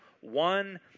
One